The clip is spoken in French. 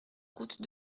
route